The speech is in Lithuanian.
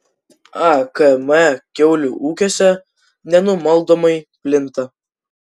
akm kiaulių ūkiuose nenumaldomai plinta